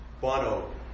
Bono